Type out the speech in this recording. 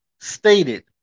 Stated